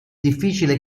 difficile